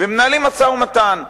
ומנהלים משא-ומתן.